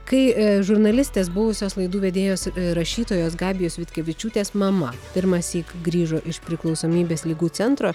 kai a žurnalistės buvusios laidų vedėjos rašytojos gabijos vitkevičiūtės mama pirmąsyk grįžo iš priklausomybės ligų centro